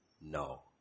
no